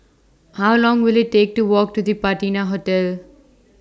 How Long Will IT Take to Walk to The Patina Hotel